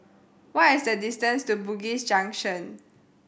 what is the distance to Bugis Junction